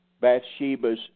Bathsheba's